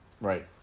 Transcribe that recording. right